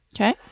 Okay